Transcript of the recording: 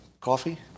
coffee